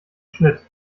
schnitt